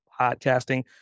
podcasting